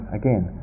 again